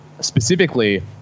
specifically